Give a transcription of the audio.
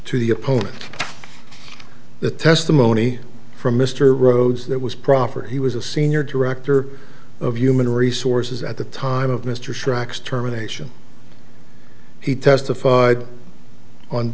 to the opponent the testimony from mr rhodes that was proper he was a senior director of human resources at the time of mr chirac extermination he testified on